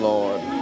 Lord